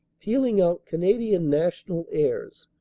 pealing out canadian national airs.